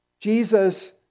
Jesus